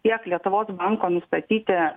tiek lietuvos banko nustatyti